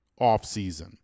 offseason